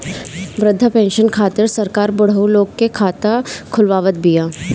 वृद्धा पेंसन खातिर सरकार बुढ़उ लोग के खाता खोलवावत बिया